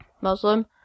Muslim